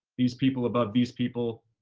these people above these people,